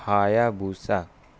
ہایا بوسا